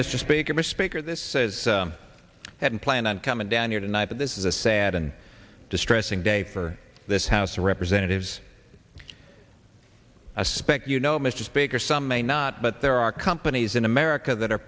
mr speaker misspeak or this says hadn't planned on coming down here tonight but this is a sad and distressing day for this house of representatives a spec you know mr speaker some may not but there are companies in america that are